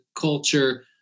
culture